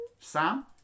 Sam